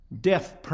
Death